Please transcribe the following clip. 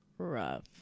rough